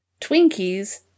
Twinkies